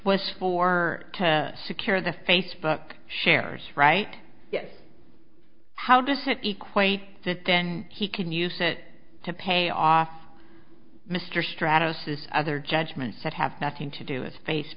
was for to secure the facebook shares right how does it equate that then he can use it to pay off mr strata says other judgments that have nothing to do with face